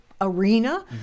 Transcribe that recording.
arena